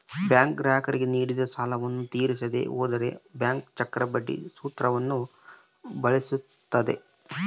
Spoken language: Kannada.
ಬ್ಯಾಂಕ್ ಗ್ರಾಹಕರಿಗೆ ನೀಡಿದ ಸಾಲವನ್ನು ತೀರಿಸದೆ ಹೋದರೆ ಬ್ಯಾಂಕ್ ಚಕ್ರಬಡ್ಡಿ ಸೂತ್ರವನ್ನು ವಿಧಿಸುತ್ತದೆ